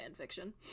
fanfiction